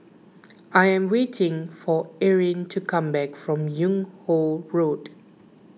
I am waiting for Erin to come back from Yung Ho Road